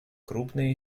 крупные